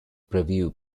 preview